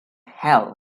hell